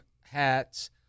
hats